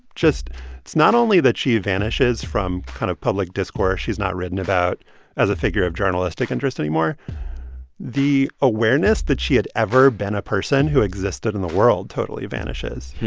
just it's not only that she vanishes from kind of public discourse she's not written about as a figure of journalistic interest anymore the awareness that she had ever been a person who existed in the world totally vanishes.